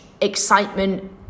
excitement